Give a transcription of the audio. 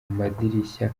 amadirishya